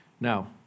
Now